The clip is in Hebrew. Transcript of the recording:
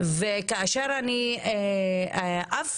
ככה אני מביע